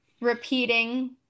repeating